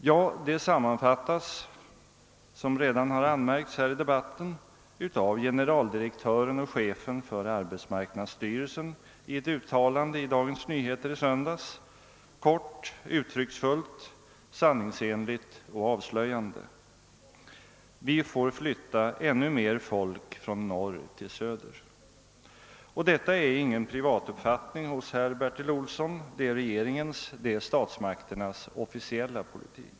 Ja, det sammanfattas av generaldirektören och chefen för arbetsmarknadsstyrelsen i ett uttalande i senaste söndagsnumret av Dagens Nyheter, där det kort, uttrycksfullt, sanningsenligt och avslöjande heter: »Vi får flytta ännu mer folk från norr till söder.« Och detta är ingen privat uppfattning, som herr Bertil Olsson har. Det är regeringens och statsmakternas officiella politik.